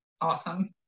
awesome